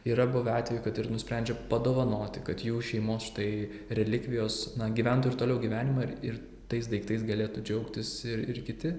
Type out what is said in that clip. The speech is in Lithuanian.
yra buvę atvejų kad ir nusprendžia padovanoti kad jų šeimos štai relikvijos na gyventų ir toliau gyvenimą ir ir tais daiktais galėtų džiaugtis ir ir kiti